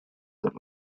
them